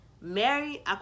Mary